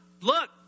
look